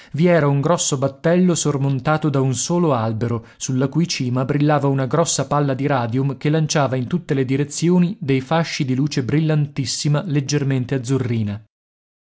vi era un grosso battello sormontato da un solo albero sulla cui cima brillava una grossa palla di radium che lanciava in tutte le direzioni dei fasci di luce brillantissima leggermente azzurrina